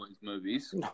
movies